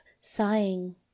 sighing